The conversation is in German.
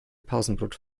pausenbrot